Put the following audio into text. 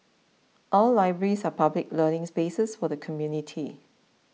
our libraries are public learning spaces for the community